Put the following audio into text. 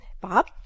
bob